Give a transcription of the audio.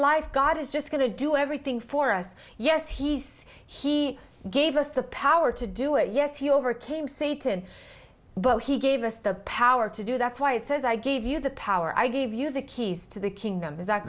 life god is just going to do everything for us yes he's he gave us the power to do it yes he overcame satan but he gave us the power to do that's why it says i give you the power i give you the keys to the king